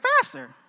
faster